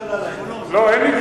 אני לא